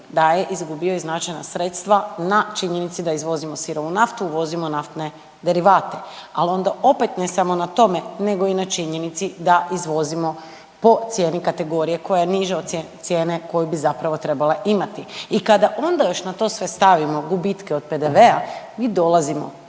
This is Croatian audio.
da je izgubio i značajna sredstva na činjenici da izvozimo sirovu naftu, uvozimo naftne derivate. Al onda opet ne samo na tome nego i na činjenici da izvozimo po cijeni kategorije koja je niža od cijene koju bi zapravo trebala imati. I kada onda još na to sve stavimo gubitke od PDV-a mi dolazimo